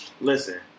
Listen